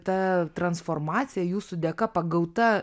ta transformacija jūsų dėka pagauta